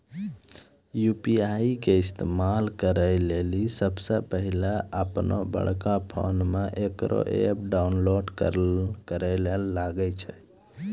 UPI के इस्तेमाल करै लेली सबसे पहिलै अपनोबड़का फोनमे इकरो ऐप डाउनलोड करैल लागै छै